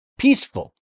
peaceful